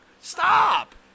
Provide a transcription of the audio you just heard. Stop